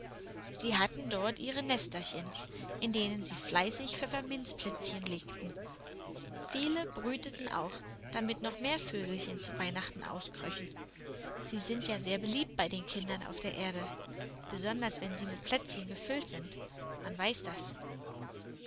sie hatten dort ihre nesterchen in denen sie fleißig pfefferminzplätzchen legten viele brüteten auch damit noch mehr vögelchen zu weihnachten auskröchen sie sind ja sehr beliebt bei den kindern auf der erde besonders wenn sie mit plätzchen gefüllt sind man weiß das